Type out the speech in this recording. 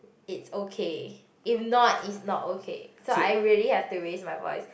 it's okay if not it's not okay so I really have to raise my voice